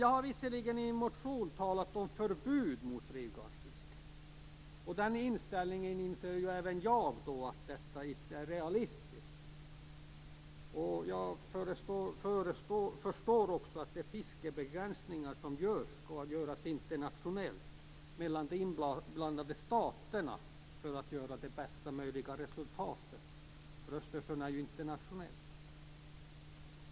Jag har visserligen i en motion talat om förbud mot drivgarnsfiske, men att den inställningen inte är realistisk inser även jag. Jag förstår också att de fiskebegränsningar som görs skall göras internationellt mellan de inblandade staterna för att ge bästa möjliga resultat. Östersjön är ju internationell.